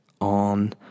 on